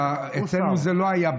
אצלנו זה לא היה.